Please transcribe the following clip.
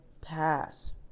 pass